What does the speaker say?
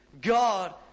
God